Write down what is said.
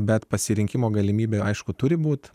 bet pasirinkimo galimybė aišku turi būt